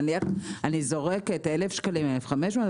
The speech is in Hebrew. נניח 1,000 שקלים או 1,500,